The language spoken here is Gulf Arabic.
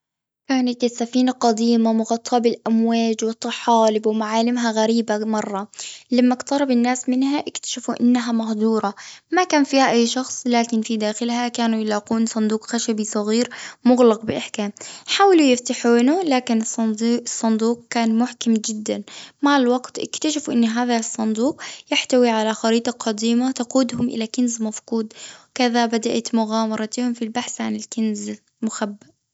كانت السفينة قديمة، ومغطاة بالأمواج والطحالب، ومعالمها غريبة مرة. لما اقترب الناس منها، اكتشفوا إنها مهجورة. ما كان فيها أي شخص، لكن ف داخلها، كانوا يلاقون صندوق خشبي صغير، مغلق بإحكام. حاولوا يفتحونه، لكن الصندوء- الصندوق كان محكم جداً. مع الوقت، اكتشفوا إن هذا الصندوق، يحتوي على خريطة قديمة، تقودهم إلى كنز مفقود. وكذا بدأت مغامراتهم في البحث عن الكنز المخبأ.